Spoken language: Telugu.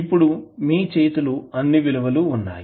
ఇప్పుడు మీ చేతిలో అన్నివిలువలు ఉన్నాయి